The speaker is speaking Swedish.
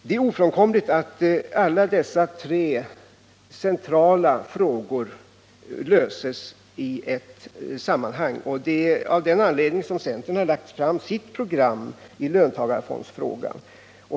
Det är ofrånkomligt att alla dessa tre centrala frågor löses i ett sammanhang. Av den anledningen har centern lagt fram sitt program i löntagarfondsfrågan.